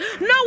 No